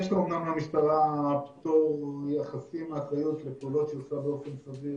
יש אמנם למשטרה פטור יחסי מאחריות לפעולות שהיא עושה באופן סביר